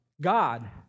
God